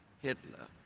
Hitler